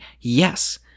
yes